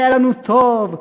היה לנו טוב,